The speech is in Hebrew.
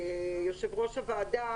יושב-ראש הוועדה,